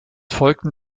folgten